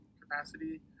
capacity